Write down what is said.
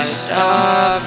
stop